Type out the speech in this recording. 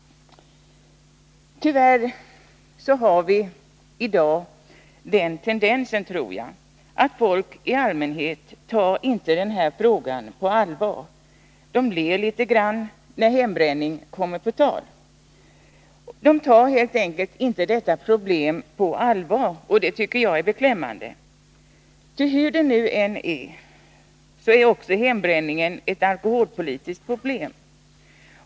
Tyvärr har vi i dag den tendensen, tror jag, att folk i allmänhet inte tar den här frågan på allvar. Man ler litet grand, när hembränning kommer på tal. Folk tar helt enkelt inte detta problem på allvar, och det tycker jag är beklämmande. Ty hur det nu än är, så är även hembränningen ett alkoholpolitiskt problem.